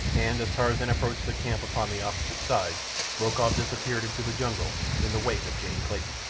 and as tarzan approached the camp upon the opposite side rokoff disappeared into the jungle in the wake of jane clayton.